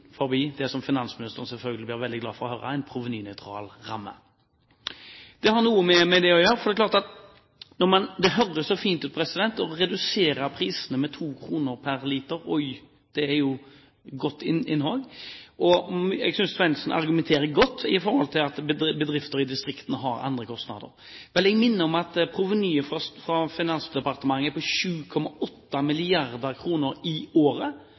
det finansministeren er veldig glad for å høre – en provenynøytral ramme. Det har noe med det å gjøre, for det er klart at det høres fint ut å redusere prisene med 2 kr per liter; oi det er jo et godt innhogg. Jeg synes Svendsen argumenterer godt for at bedrifter i distriktene har andre kostnader. Jeg minner om at provenyet for Finansdepartementet er på 7,8 mrd. kr i året.